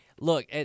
look